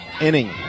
inning